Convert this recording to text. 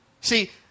See